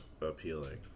appealing